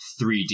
3D